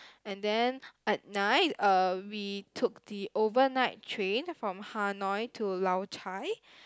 and then at night uh we took the overnight train from Hanoi to Lao-Cai